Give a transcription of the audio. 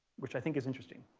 which i think is interesting.